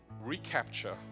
recapture